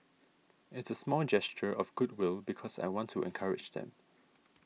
it's a small gesture of goodwill because I want to encourage them